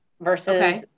versus